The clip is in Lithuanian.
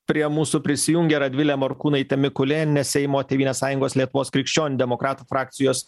prie mūsų prisijungia radvilė morkūnaitė mikulėnienė seimo tėvynės sąjungos lietuvos krikščionių demokratų frakcijos